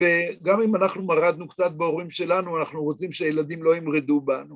וגם אם אנחנו מרדנו קצת בהורים שלנו, אנחנו רוצים שהילדים לא ימרדו בנו.